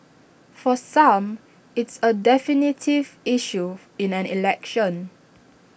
for some it's A definitive issue in an election